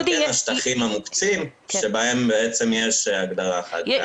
שטחים מוקצים בהם יש הגדרה אחת.